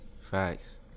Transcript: Facts